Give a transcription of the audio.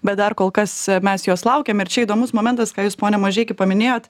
bet dar kol kas mes jos laukiam ir čia įdomus momentas ką jūs pone mažeiki paminėjot